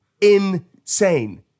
insane